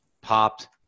popped